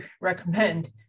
recommend